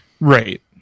Right